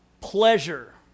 Pleasure